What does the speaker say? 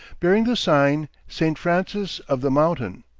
bearing the sign, st. francis of the mountain.